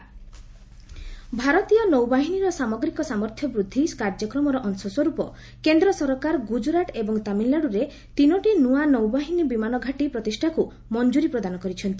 government naval squadrons ଭାରତୀୟ ନୌବାହିନୀର ସାମଗ୍ରିକ ସାମର୍ଥ୍ୟ ବୃଦ୍ଧି କାର୍ଯ୍ୟକ୍ରମର ଅଂଶସ୍ପର୍ ପ କେନ୍ଦ୍ର ସରକାର ଗୁଜରାଟ ଏବଂ ତାମିଲନାଡ଼ୁରେ ତିନୋଟି ନ୍ତିଆ ନୌବାହିନୀ ବିମାନ ଘାଟି ପ୍ରତିଷ୍ଠାକୁ ମଞ୍ଜୁରୀ ପ୍ରଦାନ କରିଛନ୍ତି